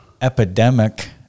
epidemic